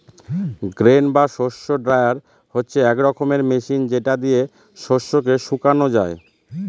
grain বা শস্য dryer হচ্ছে এক রকমের মেশিন যেটা দিয়ে শস্যকে শুকানো যায়